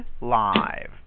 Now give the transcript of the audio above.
live